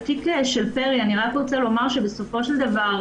של פרי אני רק רוצה לומר שבסופו של דבר,